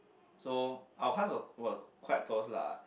so our class were were quite close lah